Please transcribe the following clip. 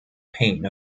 pain